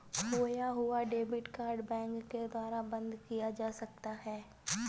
खोया हुआ debit card bank के द्वारा बंद किया जा सकता है